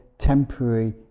Temporary